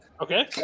Okay